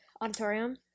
auditorium